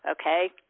okay